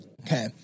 Okay